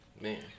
Man